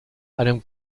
einem